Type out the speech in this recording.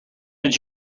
did